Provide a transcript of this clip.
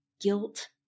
guilt